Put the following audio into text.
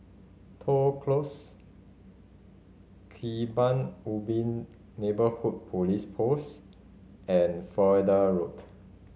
Toh Close Kebun Ubi Neighbourhood Police Post and Florida Road